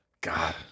God